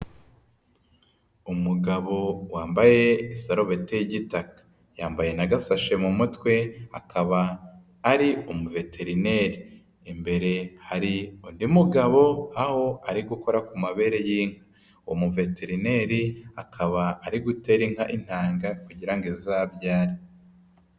Umugabo wambaye isarobeti y'igitaka. Yambaye n'agasashe mu mutwe, akaba ari umuveterineri. Imbere hari undi mugabo, aho ari gukora ku mabere y'inka. Umuveterineri akaba ari gutera inka intanga kugira ngo izabyare.